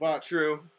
True